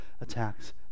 attacks